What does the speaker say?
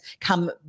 come